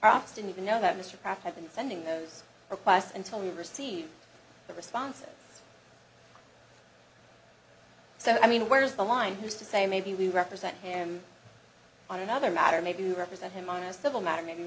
rocks didn't even know that mr pratt had been sending those requests until we received the response so i mean where's the line who's to say maybe we represent him on another matter maybe to represent him on a civil matter maybe